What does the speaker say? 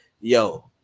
yo